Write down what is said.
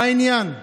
מה העניין?